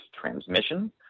transmission